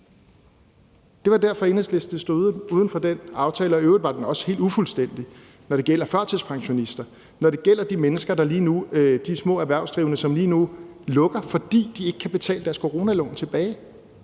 Det var derfor, Enhedslisten stod uden for den aftale. Og i øvrigt var den også helt ufuldstændig, når det gælder førtidspensionister, og når det gælder de små erhvervsdrivende, som lige nu lukker, fordi de ikke kan betale deres coronalån tilbage.